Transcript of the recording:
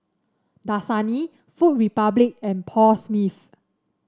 Dasani Food Republic and Paul Smith